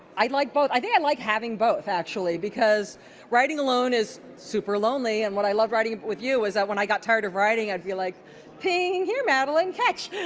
i like both. i think i like having both actually because writing along is super lonely, and what i love writing with you is when i got tired of writing, i'd be like ping, here madelyn catch.